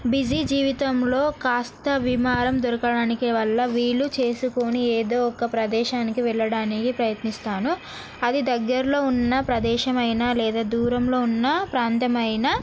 busy జీవితంలో కాస్త విరామం దొరకడానికి వల్ల వీలు చేసుకొని ఏదో ఒక ప్రదేశానికి వెళ్ళడానికి ప్రయత్నిస్తాను అది దగ్గరలో ఉన్న ప్రదేశమైన లేదా దూరంలో ఉన్న ప్రాంతమైన